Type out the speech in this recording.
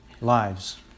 lives